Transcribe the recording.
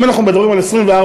אם אנחנו מדברים על 24/7,